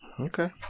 Okay